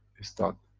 it's done!